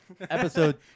Episode